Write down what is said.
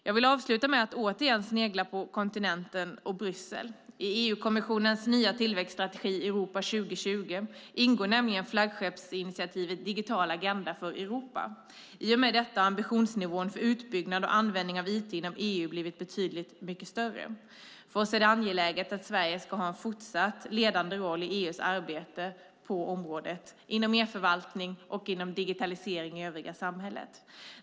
Jag vill avsluta med att återigen snegla mot kontinenten och Bryssel. I EU-kommissionens nya tillväxtstrategi, Europa 2020, ingår nämligen flaggskeppsinitiativet Digital agenda för Europa. I och med detta har ambitionsnivån för utbyggnad och användning av IT inom EU blivit betydligt mycket större. För oss är det angeläget att Sverige ska ha en fortsatt ledande roll i EU:s arbete på området inom e-förvaltning och digitalisering i övriga samhället.